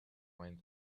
mind